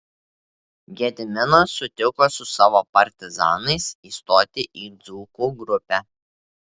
gediminas sutiko su savo partizanais įstoti į dzūkų grupę